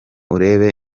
urebe